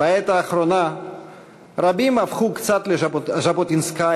בעת האחרונה רבים הפכו קצת לז'בוטינסקאים,